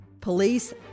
Police